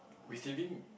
receiving